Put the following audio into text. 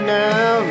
now